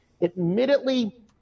admittedly